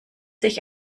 sich